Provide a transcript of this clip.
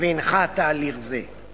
והנחה תהליך זה.